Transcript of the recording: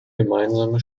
gemeinsame